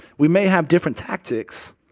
we may have different tactics,